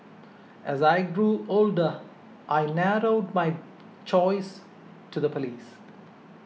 as I grew older I narrowed my choice to the police